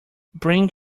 bring